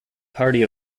party